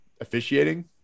officiating